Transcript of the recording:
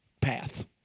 path